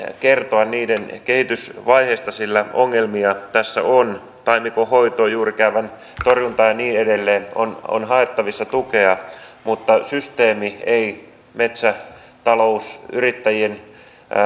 kertomaan niiden kehitysvaiheista sillä ongelmia tässä on taimikon hoitoon juurikäävän torjuntaan ja niin edelleen on on haettavissa tukea mutta systeemi ei metsäta lousyrittäjien